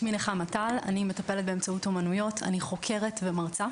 אני מטפלת באמצעות אומנויות, אני חוקרת ומרצה